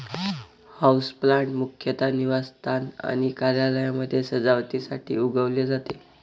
houseplant मुख्यतः निवासस्थान आणि कार्यालयांमध्ये सजावटीसाठी उगवले जाते